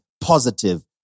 positive